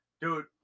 Dude